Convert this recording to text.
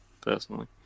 personally